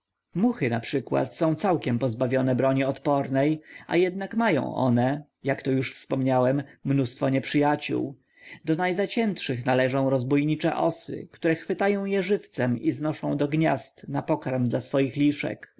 muchy np są całkiem pozbawione broni odpornej a jednak mają one jak to już wspominałem mnóstwo nieprzyjaciół do najzaciętszych należą rozbójnicze osy które chwytają je żywcem i znoszą do gniazd na pokarm dla swych liszek